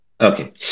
okay